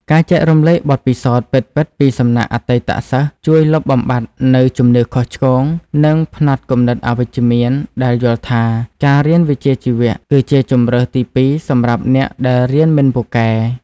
ការចែករំលែកបទពិសោធន៍ពិតៗពីសំណាក់អតីតសិស្ស ជួយលុបបំបាត់នូវជំនឿខុសឆ្គង និងផ្នត់គំនិតអវិជ្ជមានដែលយល់ថា ការរៀនវិជ្ជាជីវៈគឺជាជម្រើសទីពីរសម្រាប់អ្នកដែលរៀនមិនពូកែ។